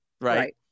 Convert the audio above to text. right